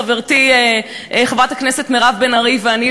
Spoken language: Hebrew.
חברתי חברת הכנסת מירב בן ארי ואני,